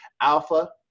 Alpha